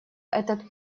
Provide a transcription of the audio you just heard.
этот